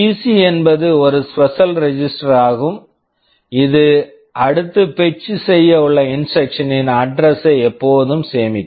PC PC என்பது ஒரு special register special register ஆகும் இது அடுத்து பெட்ச் fetch செய்ய உள்ள இன்ஸ்ட்ரக்ஷன் instruction ன் அட்ரஸ் address ஐ எப்போதும் சேமிக்கும்